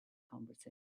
conversation